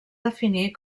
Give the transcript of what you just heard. definir